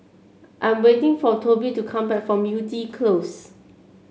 I'm waiting for Toby to come back from Yew Tee Close